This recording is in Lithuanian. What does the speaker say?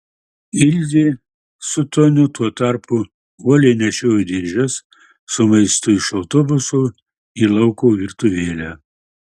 ilzė su toniu tuo tarpu uoliai nešiojo dėžes su maistu iš autobuso į lauko virtuvėlę